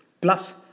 plus